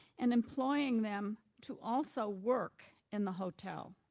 and employing them to also work in the hotel.